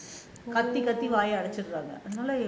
கத்தி கத்தி வாய அடச்சுறாங்க:kathi kathi vaaya adachuraanga